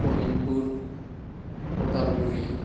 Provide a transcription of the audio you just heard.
Sonitpur Udalguri